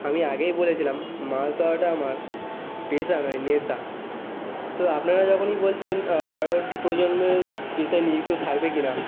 আমি আগেই বলেছিলাম মাছ ধরাটা আমার পেশা নয় নেশা তো আপনারা যখনই বলছেন পরবর্তী প্রজন্ম এ পেশায় নিযুক্ত থাকবে কিনা